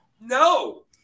no